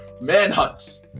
manhunt